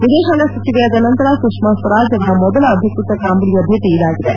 ವಿದೇಶಾಂಗ ಸಚಿವೆಯಾದ ನಂತರ ಸುಷ್ಟಾಸ್ವರಾಜ್ ಅವರ ಮೊದಲ ಅಧಿಕೃತ ಕಾಂಬೋಡಿಯಾ ಭೇಟಿ ಇದಾಗಿದೆ